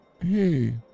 hey